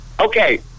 Okay